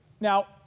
Now